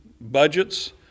budgets